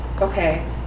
okay